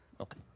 Okay